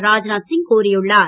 ராஜ்நாத் சிங் கூறியுள்ளார்